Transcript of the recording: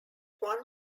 one